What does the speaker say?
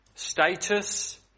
status